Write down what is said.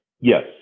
Yes